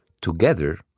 together